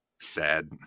sad